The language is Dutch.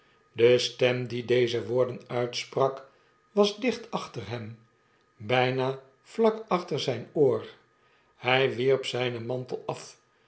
de stem die deze woorden uitsprak was dicht achter hem bpa vlak achter zp oor hij wierp zijnen mantel af